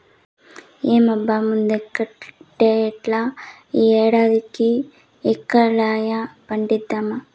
ఏం బా ముందటేడల్లే ఈ ఏడాది కూ ఏలక్కాయ పంటేద్దామా